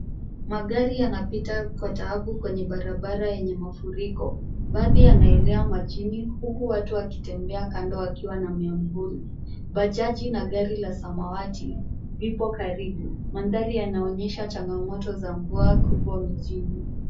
Magari yanapita kwa tabu kwenye barabara yenye mafuriko. Baadhi yanaelea majini huku watu wakitembea kando wakiwa na miuvuli. Bajaji na gari la samawati lipo karibu. Mandhari yanaonyesha changamoto za mvua kubwa mijini.